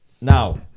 Now